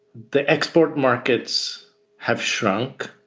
the export markets have shrunk.